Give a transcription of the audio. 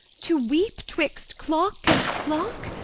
to weep twixt clock and clock?